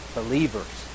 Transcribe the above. believers